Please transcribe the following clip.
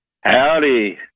Howdy